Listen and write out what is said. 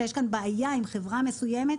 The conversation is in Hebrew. שיש כאן בעיה עם חברה מסוימת.